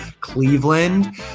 Cleveland